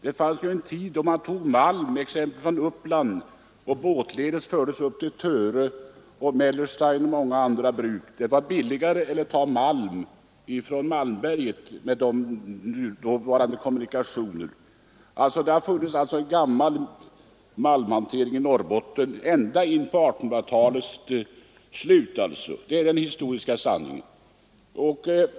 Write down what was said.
Det fanns en tid då man hämtade malm från Uppland och båtledes förde den upp till Töre, Mellerstein och många andra bruk. Det var billigare än att ta malm från Malmberget med de dåvarande kommunikationerna. Den historiska sanningen är att malmhantering i Norrbotten enligt äldre metoder har funnits ända fram till 1800-talets slut.